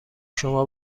شما